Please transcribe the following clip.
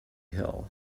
hill